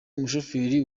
umushoferi